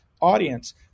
audience